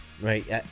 right